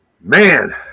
man